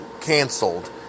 canceled